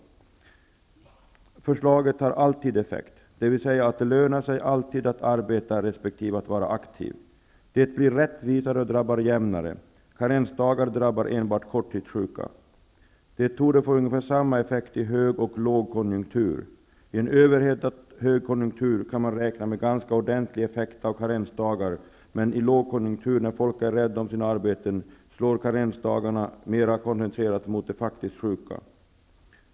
Vårt förslag har alltid effekt, dvs. att det alltid lönar sig att arbeta resp. att vara aktiv. Det blir rättvisare och drabbar alla jämnare. Karensdagar drabbar enbart korttidssjuka. Vårt förslag torde få ungefär samma effekt i högsom i lågkonjunktur. I en överhettad högkonjunktur kan man räkna med ganska ordentlig effekt av karensdagar, men i lågkonjunktur, när folk är rädda om sina arbeten, slår karensdagarna mera koncentrerat mot de faktiskt sjuka.